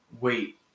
Wait